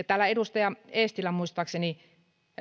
täällä edustaja eestilä muistaakseni